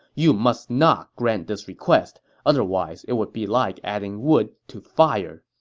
you must not grant this request otherwise it would be like adding wood to fire.